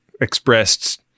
expressed